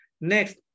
Next